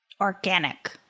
Organic